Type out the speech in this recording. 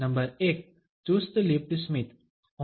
number 1 ચુસ્ત lipped સ્મિત